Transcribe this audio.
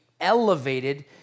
elevated